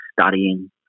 studying